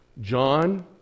John